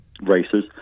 races